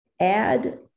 add